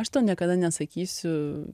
aš to niekada nesakysiu